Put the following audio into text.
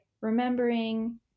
remembering